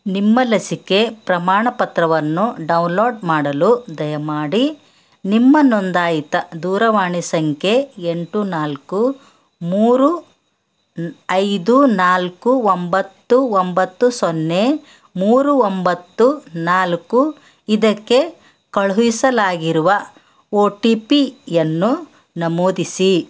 ನಿಮ್ಮ ಲಸಿಕೆ ಪ್ರಮಾಣಪತ್ರವನ್ನು ಡೌನ್ಲೋಡ್ ಮಾಡಲು ದಯಮಾಡಿ ನಿಮ್ಮ ನೋಂದಾಯಿತ ದೂರವಾಣಿ ಸಂಖ್ಯೆ ಎಂಟು ನಾಲ್ಕು ಮೂರು ಐದು ನಾಲ್ಕು ಒಂಬತ್ತು ಒಂಬತ್ತು ಸೊನ್ನೆ ಮೂರು ಒಂಬತ್ತು ನಾಲ್ಕು ಇದಕ್ಕೆ ಕಳುಹಿಸಲಾಗಿರುವ ಓ ಟಿ ಪಿಯನ್ನು ನಮೂದಿಸಿ